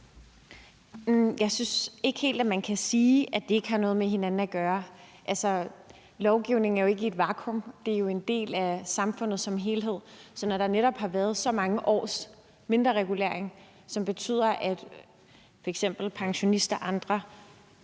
Jeg synes ikke helt, man kan sige, at det ikke har noget med hinanden at gøre. Lovgivningen er jo ikke i et vakuum; det er jo en del af samfundet som helhed. Så når der netop har været så mange års mindreregulering, som betyder, at f.eks. pensionister og andre